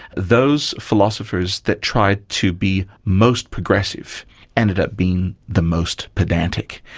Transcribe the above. those philosophers that tried to be most progressive ended up being the most pedantic.